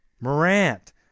Morant